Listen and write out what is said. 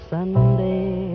Sunday